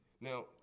now